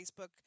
Facebook